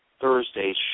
Thursday